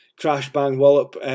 crash-bang-wallop